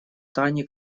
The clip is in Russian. тани